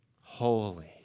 holy